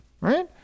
Right